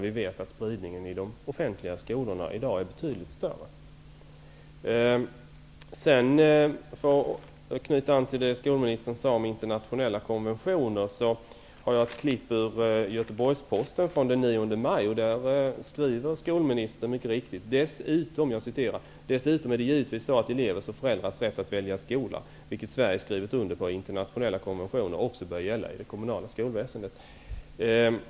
Vi vet att spridningen i de offentliga skolorna i dag är betydligt större. För att knyta an till det skolministern sade om internationella konventioner vill jag läsa ur ett klipp från Göteborgsposten från den 9 maj. Där skriver skolministern mycket riktigt att det givetsvis är så att elevers och föräldrars rätt att välja skola, vilket Sverige skrivit under på i internationella konventioner, också bör gälla i det kommunala skolväsendet.